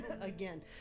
again